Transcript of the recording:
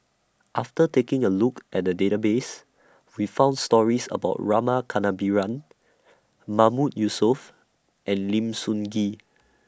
after taking A Look At The Database We found stories about Rama Kannabiran Mahmood Yusof and Lim Sun Gee